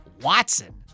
Watson